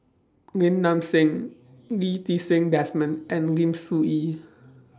Lim Nang Seng Lee Ti Seng Desmond and Lim Soo Ngee